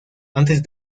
antes